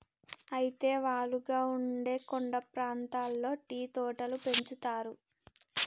అయితే వాలుగా ఉండే కొండ ప్రాంతాల్లో టీ తోటలు పెంచుతారు